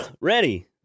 Ready